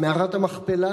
אבל מערת המכפלה,